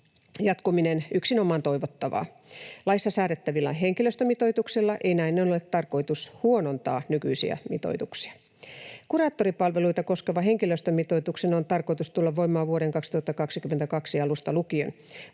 jatkuminen yksinomaan toivottavaa. Laissa säädettävillä henkilöstömitoituksilla ei näin ollen ole tarkoitus huonontaa nykyisiä mitoituksia. Kuraattoripalveluita koskevan henkilöstömitoituksen on tarkoitus tulla voimaan vuoden 2022 alusta lukien.